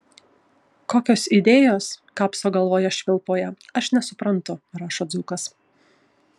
kokios idėjos kapso galvoje švilpauja aš nesuprantu rašo dzūkas